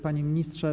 Panie Ministrze!